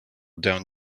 down